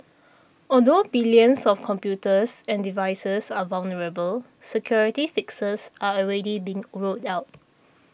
although billions of computers and devices are vulnerable security fixes are already being rolled out